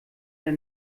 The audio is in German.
der